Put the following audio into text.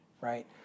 right